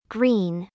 Green